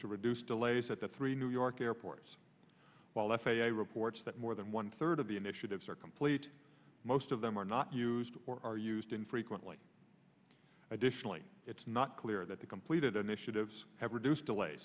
to reduce delays at the three new york airports while the f a a reports that more than one third of the initiatives are complete most of them are not used or are used infrequently additionally it's not clear that the completed initiatives have